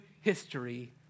history